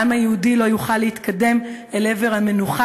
העם היהודי לא יוכל להתקדם אל עבר המנוחה